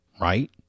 right